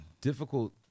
difficult